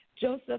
Joseph